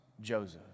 Joseph